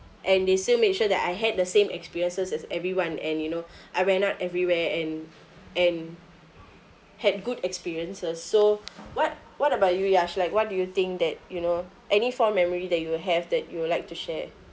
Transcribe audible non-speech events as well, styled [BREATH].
and they still made sure that I had the same experiences as everyone and you know [BREATH] I went out everywhere and and had good experiences so what what about you Yash like what do you think that you know any fond memory that you have that you would like to share